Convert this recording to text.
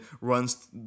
runs